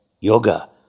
yoga